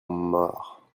morts